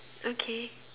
okay